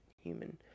human